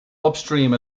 upstream